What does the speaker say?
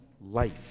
life